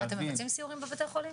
להבין -- אתם מבצעים סיורים בבתי החולים?